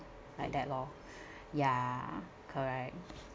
like that loh yeah correct